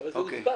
אני מדבר לגביי.